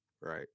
right